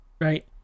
Right